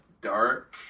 Dark